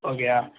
ஓகேயா